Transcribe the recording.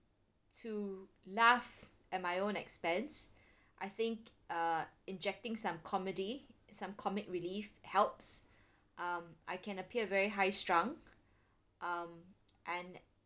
to laugh at my own expense I think uh injecting some comedy some comic relief helps um I can appear very high strung um and